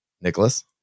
Nicholas